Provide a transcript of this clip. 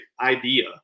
idea